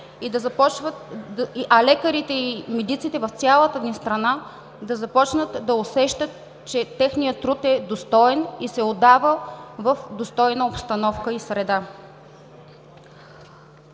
а лекарите и медиците в цялата ни страна да започнат да усещат, че техният труд е достоен и се отдава в достойна обстановка и среда.